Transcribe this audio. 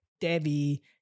Debbie